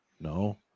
no